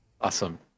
Awesome